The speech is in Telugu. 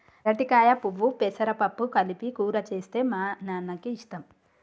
అరటికాయ పువ్వు పెసరపప్పు కలిపి కూర చేస్తే మా నాన్నకి ఇష్టం